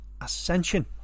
ascension